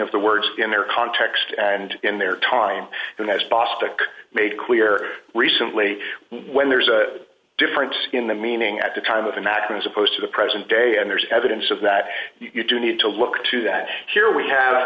of the words in their context and in their time and as bostic made clear recently when there is a difference in the meaning at the time of americans opposed to the present day and there's evidence of that you do need to look to that here we have